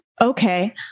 Okay